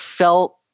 Felt